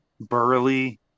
burly